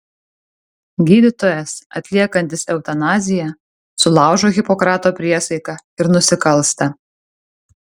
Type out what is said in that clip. gydytojas atliekantis eutanaziją sulaužo hipokrato priesaiką ir nusikalsta